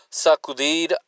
sacudir